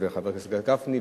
וחבר הכנסת גפני,